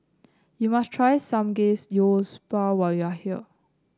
you must try Samgeyopsal when you are here